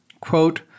Quote